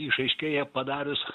išaiškėja padarius